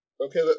Okay